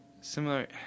similar